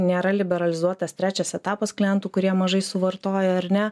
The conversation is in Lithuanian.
nėra liberalizuotas trečias etapas klientų kurie mažai suvartoja ar ne